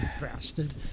bastard